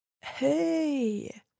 Hey